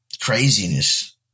craziness